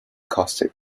caustic